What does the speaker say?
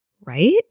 right